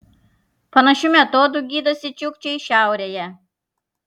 panašiu metodu gydosi čiukčiai šiaurėje